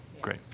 great